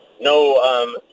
no